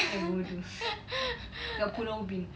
eh bodoh kat pulau ubin